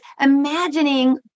Imagining